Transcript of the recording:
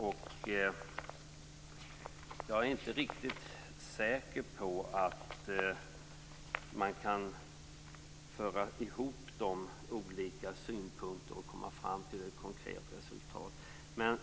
Och jag är inte riktigt säker på att man kan föra ihop de olika synpunkterna och komma fram till ett konkret resultat.